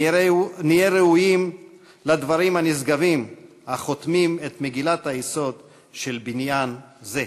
נהיה ראויים לדברים הנשגבים החותמים את מגילת היסוד של בניין זה: